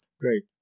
Great